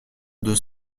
deux